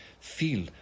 feel